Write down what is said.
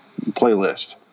playlist